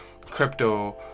crypto